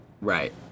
Right